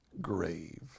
grave